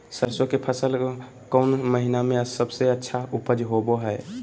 सरसों के फसल कौन महीना में सबसे अच्छा उपज होबो हय?